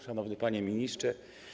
Szanowny Panie Ministrze!